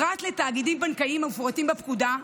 פרט לתאגידים הבנקאיים המפורטים בפקודה,